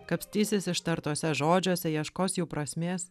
kapstysis ištartuose žodžiuose ieškos jų prasmės